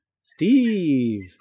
Steve